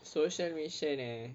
social mission eh